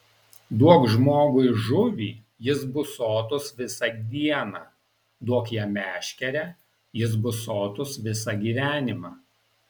duok žmogui žuvį jis bus sotus visą dieną duok jam meškerę jis bus sotus visą gyvenimą